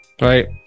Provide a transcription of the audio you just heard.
right